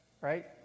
right